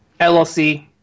LLC